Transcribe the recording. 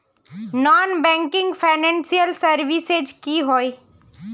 Non banking financial services की होय?